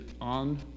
on